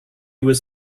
was